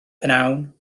pnawn